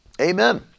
Amen